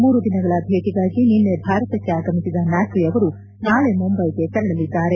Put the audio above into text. ಮೂರು ದಿನಗಳ ಭೇಟಿಗಾಗಿ ನಿನ್ನೆ ಭಾರತಕ್ಕೆ ಆಗಮಿಸಿದ ಮ್ಯಾಕ್ರಿ ಅವರು ನಾಳೆ ಮುಂಬೈಗೆ ತೆರಳಲಿದ್ದಾರೆ